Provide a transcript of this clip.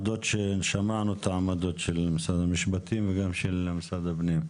שמענו את העמדות של משרד המשפטים וגם של משרד הפנים.